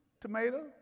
tomato